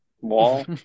wall